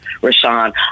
Rashawn